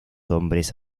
hombres